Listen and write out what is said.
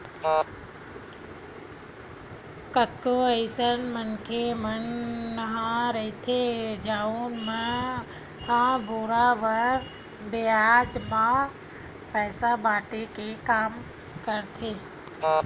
कतको अइसन मनखे मन ह रहिथे जउन मन ह बरोबर बियाज म पइसा बाटे के काम करथे